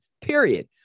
period